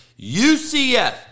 UCF